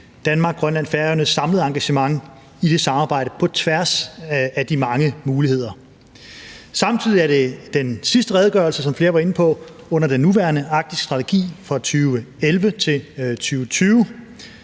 Danmark, Grønland og Færøernes samlede engagement i det samarbejde på tværs af de mange muligheder. Samtidig er det den sidste redegørelse, som flere var inde på, under den nuværende arktiske strategi for 2011 til 2020.